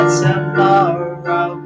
tomorrow